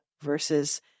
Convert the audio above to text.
versus